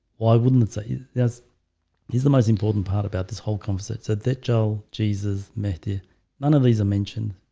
why wouldn't it say yes is the most important part about this whole concert so that joel jesus matthew none of these are mentioned